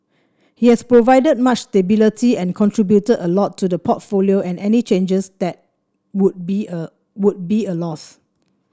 he has provided much stability and contributed a lot to the portfolio and any changes that would be a would be a loss